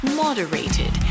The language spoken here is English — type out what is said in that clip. moderated